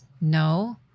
no